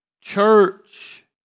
church